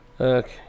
Okay